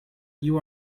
you